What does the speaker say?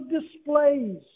displays